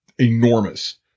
enormous